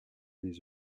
des